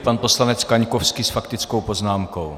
Pan poslanec Kaňkovský s faktickou poznámkou.